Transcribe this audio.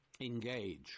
engage